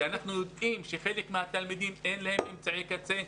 אנחנו יודעים שלחלק מהתלמידים אין אמצעי קצה.